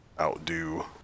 outdo